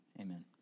Amen